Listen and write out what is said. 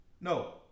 No